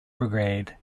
brigade